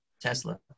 tesla